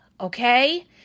okay